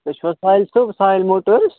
تُہۍ چھُو حظ ساہل صٲب ساہل موٹٲرٕز